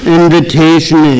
invitation